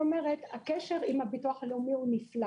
הקשר עם הביטוח הלאומי הוא נפלא